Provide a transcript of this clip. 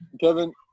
Kevin